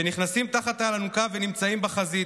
שנכנסים תחת האלונקה ונמצאים בחזית,